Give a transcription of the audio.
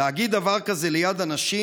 להגיד דבר כזה ליד אנשים,